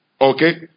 Okay